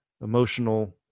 emotional